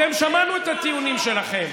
אתם, שמענו את הטיעונים שלכם.